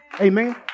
Amen